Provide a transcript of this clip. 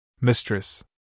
Mistress